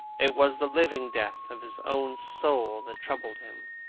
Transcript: it was the living death of his own soul that troubled him.